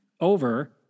over